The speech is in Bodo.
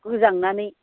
गोजांनानै